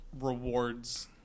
rewards